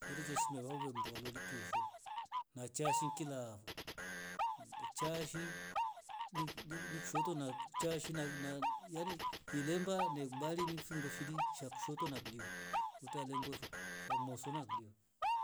Kwere shime vanguwe mndwa mloli pyufo na cha shinkilavo mbe chashi ni- ni- nikushoto na kuchashi na- na- nayani ilemba nekubarini findo firi sha kushoto na kuliwa utale mbwevo fya mosona kulivo